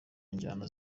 njyana